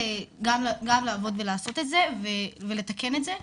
גם לעבוד ולעשות את זה ולתקן את זה.